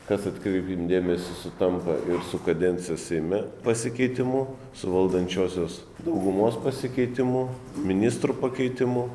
kas atkreipkim dėmesį sutampa ir su kadencijos seime pasikeitimu su valdančiosios daugumos pasikeitimu ministrų pakeitimu